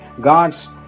God's